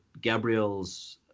gabriel's